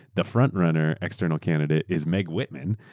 the front runner external candidate is meg whitman,